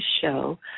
show